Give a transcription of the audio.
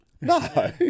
No